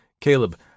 Caleb